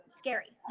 scary